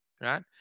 Right